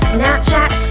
Snapchat